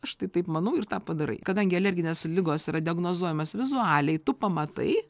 aš tai taip manau ir tą padarai kadangi alerginės ligos yra diagnozuojamas vizualiai tu pamatai